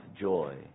joy